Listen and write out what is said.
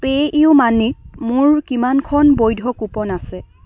PayU মানিত মোৰ কিমানখন বৈধ কুপন আছে